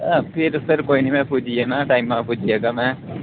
अं फिर फिर कोई नी मैं पुज्जी जन्ना टाइमा पुज्जी जाह्गा मैं